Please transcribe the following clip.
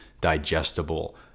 digestible